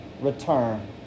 return